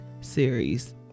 series